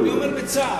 אני אומר בצער.